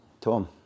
Tom